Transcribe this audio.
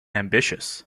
ambitious